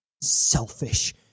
selfish